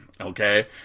okay